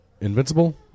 Invincible